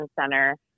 center